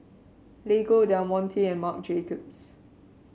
Lego Del Monte and Marc Jacobs